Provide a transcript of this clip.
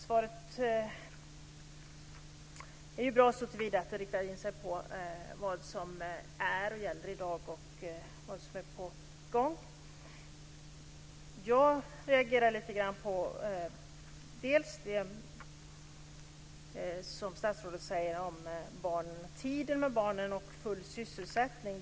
Svaret är bra såtillvida att det riktar in sig på vad som gäller i dag och vad som är på gång. Jag reagerar lite grann på det som statsrådet säger om tiden med barnen och full sysselsättning.